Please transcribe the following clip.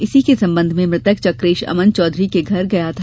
इसी के संबंध में मृतक चकेश अमन चौधरी के घर गया था